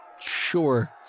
Sure